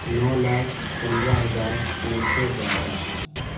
نو لاکھ پندرہ ہزار تین سو بارہ